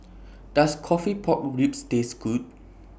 Does Coffee Pork Ribs Taste Good